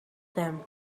them